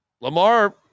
Lamar